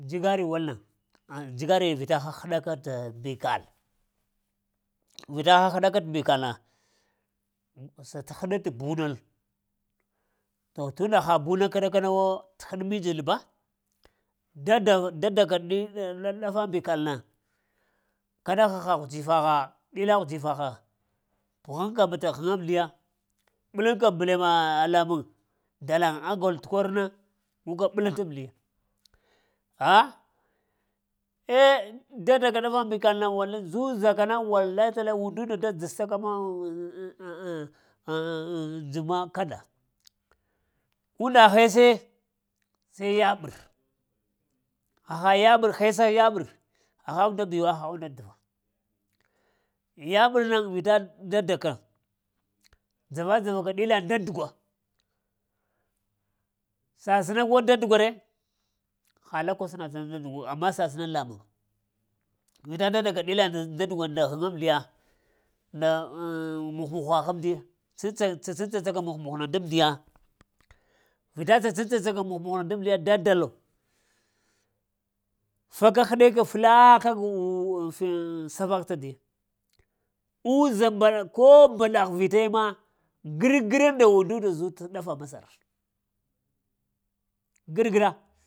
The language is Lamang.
Jigawi wanan ah jigari vita hah-ɗa ka tə mbikal, vita hah-ɗaka tə mbikalana sət'həɗ tə bunal to tunda ha buna kəɗakanawo tə həɗ minjil ba, dada-dadaka dil ɗafa mbikal na kaɗa haha hudzifa ghaɗila huɗzifa gha, ləghŋ ka ɓataghəŋ-mdiya ɓəlanka bəlema lamuŋ, dalan agal t'kor na guka ɓəlanta amdiya, dadaka't ɗafa mbikalna wal-zuzaka na walai-talai unndunnda da dzasta ka ma dzəv ma kada, unnda hesee, sai yaɓər, haha yaɓər hesa yaɓar; haha unda biwa haha unnda dəva, yabərna vita dadaka, dzava-dzaka ɗila nda-ndadgwa, səsənakwa nda-ndugwa ree? Ha akol sənat nda-ndugu amma səsana lamuŋ, vita dadaka ɗila nda-ndugwa nda ghəŋ-amdiya, nda muh-muha amdiya tsantsa tsa-tsaŋ-tsa-tsaka muh-muhna daŋ-m'diya, vita tsa-tsaŋ-tsa-tsaka muh-muh na daŋ-mdiya da dalo, faka həɗeka fəlaa safak tə diya uza ba ko mbaɗagh vitaya magəri-gəra nda undanda zut ɗafa masaree gər-gəra.